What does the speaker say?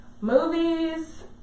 movies